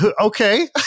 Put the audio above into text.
Okay